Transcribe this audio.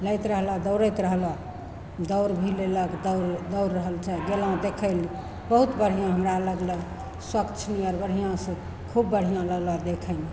लैत रहलऽ दौड़ैत रहलऽ दौड़ भी लेलक दौड़ दौड़ रहल छनि गेलहुँ देखै ले बहुत बढ़िआँ हमरा लागल स्वच्छ नियर बढ़िआँसे खूब बढ़िआँ लागल देखैमे